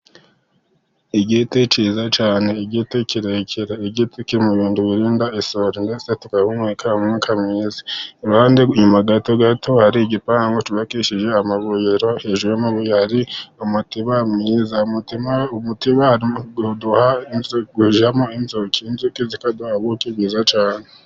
Igiti kiza cyane, igiti kirereke, igiti cy'umuhodo kirinda isuri tugahumeka umwuka mwiza, iruhande inyuma gato, gato hari igipangu cyubakishe amabuye, hejuru y'amabuye hari umutiba mwiza, umutiba ujyamo inzuki, inzuki zikaduha ubuki bwiza cyane.